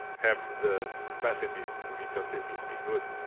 have the capacity to be consistently good